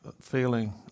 feeling